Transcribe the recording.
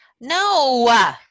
no